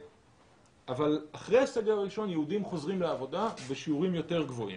אבל אחרי הסגר הראשון יהודים חוזרים לעבודה בשיעורים יותר גבוהים.